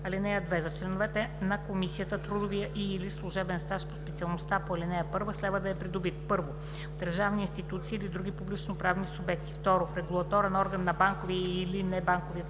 ал. 2: „(2) За членовете на комисията трудовият и/или служебен стаж по специалността по ал. 1 следва да е придобит: 1. в държавни институции или други публичноправни субекти; 2. в регулаторен орган на банковия и/или небанковия финансов